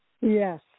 Yes